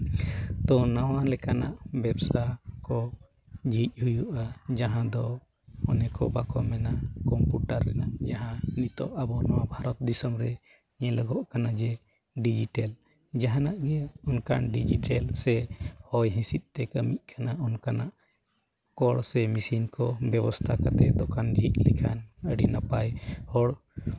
ᱛᱳ ᱱᱟᱣᱟ ᱞᱮᱠᱟᱱᱟᱜ ᱵᱮᱵᱽᱥᱟ ᱠᱚ ᱡᱷᱤᱡ ᱦᱩᱭᱩᱜᱼᱟ ᱡᱟᱦᱟᱸ ᱫᱚ ᱚᱱᱮ ᱠᱚ ᱵᱟᱠᱚ ᱢᱮᱱᱟ ᱠᱚᱢᱯᱤᱭᱩᱴᱟᱨ ᱨᱮᱱᱟᱜ ᱡᱟᱦᱟᱸ ᱱᱤᱛᱚᱜ ᱟᱵᱚ ᱱᱚᱣᱟ ᱵᱷᱟᱨᱚᱛ ᱫᱤᱥᱚᱢ ᱨᱮ ᱧᱮᱞᱚᱜᱚᱜ ᱠᱟᱱᱟ ᱡᱮ ᱰᱤᱡᱤᱴᱮᱞ ᱡᱟᱦᱟᱱᱟᱜ ᱜᱮ ᱚᱱᱠᱟᱱ ᱰᱤᱡᱤᱴᱮᱞ ᱥᱮ ᱦᱚᱭ ᱦᱤᱸᱥᱤᱫᱼᱛᱮ ᱠᱟᱹᱢᱤᱜ ᱠᱟᱱᱟ ᱚᱱᱠᱟᱱᱟᱜ ᱠᱚᱞ ᱥᱮ ᱢᱮᱹᱥᱤᱱ ᱠᱚ ᱵᱮᱵᱚᱥᱛᱷᱟ ᱠᱟᱛᱮᱫ ᱫᱚᱠᱟᱱ ᱠᱚ ᱡᱷᱤᱡᱽ ᱞᱮᱠᱷᱟᱱ ᱟᱹᱰᱤ ᱱᱟᱯᱟᱭ ᱦᱚᱲ